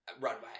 runway